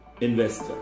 investor